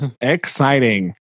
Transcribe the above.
Exciting